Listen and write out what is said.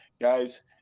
guys